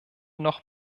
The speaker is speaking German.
noch